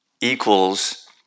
equals